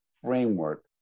framework